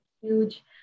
huge